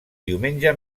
diumenge